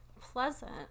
pleasant